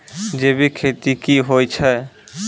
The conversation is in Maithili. जैविक खेती की होय छै?